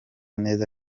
neza